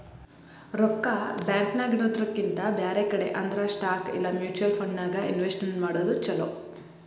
ರೊಕ್ಕಾ ಬ್ಯಾಂಕ್ ನ್ಯಾಗಿಡೊದ್ರಕಿಂತಾ ಬ್ಯಾರೆ ಕಡೆ ಅಂದ್ರ ಸ್ಟಾಕ್ ಇಲಾ ಮ್ಯುಚುವಲ್ ಫಂಡನ್ಯಾಗ್ ಇನ್ವೆಸ್ಟ್ ಮಾಡೊದ್ ಛಲೊ